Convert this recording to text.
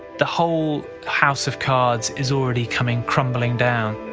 the whole house of cards is already coming crumbling down.